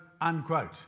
unquote